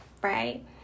Right